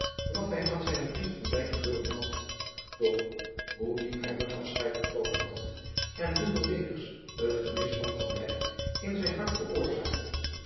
wat hij aan zijnen vriend van dijk verloren had doch hoe diep hem het afscheid getroffen had en hoeveel ledigs het gemis van van dijk in zijn hart veroorzaakte